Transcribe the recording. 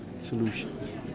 solutions